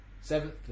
seventh